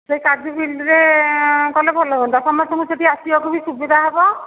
ସେ କାଜୁ ଫିଲ୍ଡରେ କଲେ ଭଲ ହୁଅନ୍ତା ସମସ୍ତଙ୍କୁ ସେଇଠି ଆସିବାକୁ ବି ସୁବିଧା ହେବ